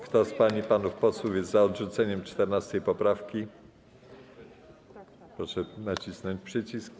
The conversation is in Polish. Kto z pań i panów posłów jest za odrzuceniem 14. poprawki, zechce nacisnąć przycisk.